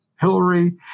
Hillary